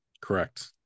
Correct